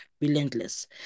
relentless